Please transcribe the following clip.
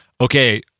okay